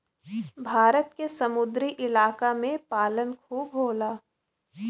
भारत के समुंदरी इलाका में पालन खूब होला